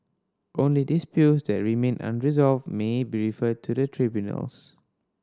only disputes that remain unresolved may be referred to the tribunals